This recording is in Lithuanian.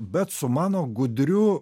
bet su mano gudriu